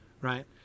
right